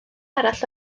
arall